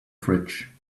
fridge